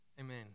Amen